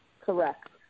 Correct